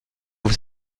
vous